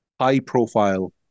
high-profile